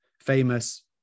famous